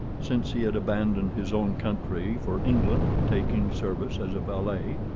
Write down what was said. since he had abandoned his own country for england, taking service as a valet,